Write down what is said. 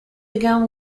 began